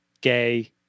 gay